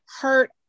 hurt